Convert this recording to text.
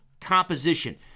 composition